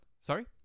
Sorry